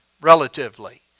relatively